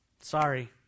sorry